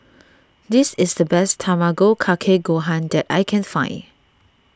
this is the best Tamago Kake Gohan that I can find